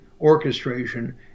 orchestration